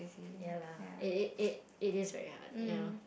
ya lah it it it it is very hard ya